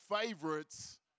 favorites